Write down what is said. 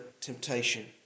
temptation